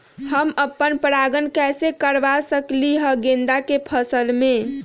हम पर पारगन कैसे करवा सकली ह गेंदा के फसल में?